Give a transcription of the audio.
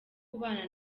kubana